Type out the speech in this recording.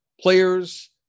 players